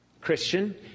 Christian